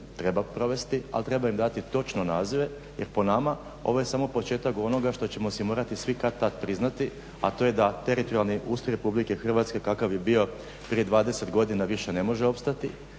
treba provesti, ali treba im dati točno nazive jer po nama ovo je samo početak onoga što ćemo se morati svi kad-tad priznati, a to je da teritorijalni ustroj RH kakav je bio prije 20 godina više ne može opstati